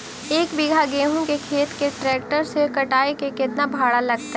एक बिघा गेहूं के खेत के ट्रैक्टर से कटाई के केतना भाड़ा लगतै?